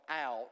out